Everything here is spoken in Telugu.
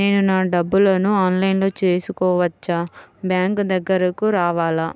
నేను నా డబ్బులను ఆన్లైన్లో చేసుకోవచ్చా? బ్యాంక్ దగ్గరకు రావాలా?